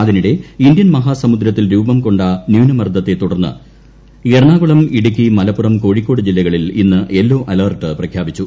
അതിനിടെ ഇന്ത്യൻ മഹാസമുദ്രത്തിൽ രൂപംകൊണ്ട ന്യൂനമർദത്തെ തുടർന്ന് എറണാകുളം ഇടുക്കി മലപ്പുറം കോഴിക്കോട് ജില്ലകളിൽ ഇന്ന് യെല്ലോ അലർട്ട് പ്രഖ്യാപിച്ചു